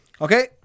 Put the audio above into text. Okay